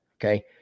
Okay